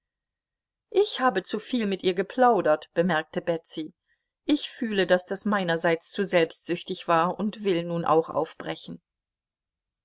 ich habe mit ihr zuviel geplaudert bemerkte betsy ich fühle daß das meinerseits zu selbstsüchtig war und will nun auch aufbrechen